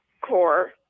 core